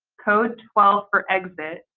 code twelve for exit,